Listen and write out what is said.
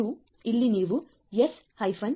2 ಇಲ್ಲಿ ನೀವು S 10